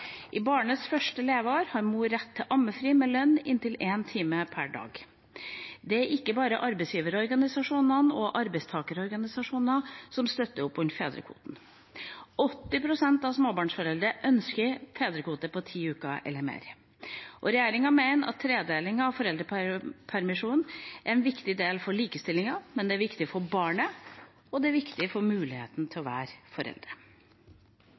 I barnets første leveår har mor rett til ammefri med lønn inntil én time per dag. Det er ikke bare arbeidsgiverorganisasjonene og arbeidstakerorganisasjonene som støtter opp rundt fedrekvoten. 80 pst. av småbarnsforeldre ønsker en fedrekvote på 10 uker eller mer. Regjeringa mener at tredeling av foreldrepermisjonen er viktig for likestillingen, men det er også viktig for barnet, og det er viktig for muligheten til å være foreldre.